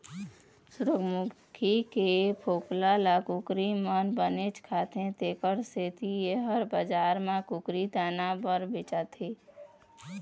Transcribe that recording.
सूरजमूखी के फोकला ल कुकरी मन बनेच खाथे तेखर सेती ए ह बजार म कुकरी दाना बर बेचाथे